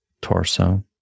torso